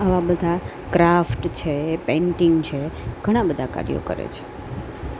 આવા બધાં ક્રાફ્ટ છે પેઈનટિંગ છે ઘણાં બધાં કાર્યો કરે છે